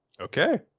Okay